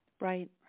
Right